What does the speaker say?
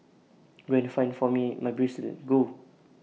go and find for me my bracelet go